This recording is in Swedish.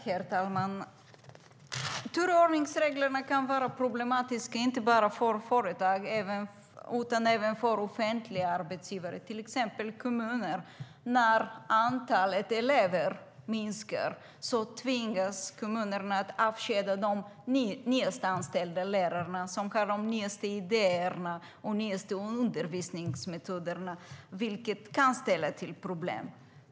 Herr talman! Turordningsreglerna kan vara problematiska inte bara för företag utan även för offentliga arbetsgivare, till exempel kommuner. När antalet elever minskar tvingas kommunerna att avskeda de senast anställda lärarna, som har de nya idéerna och undervisningsmetoderna. Det kan ställa till med problem.